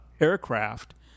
aircraft